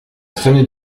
traînait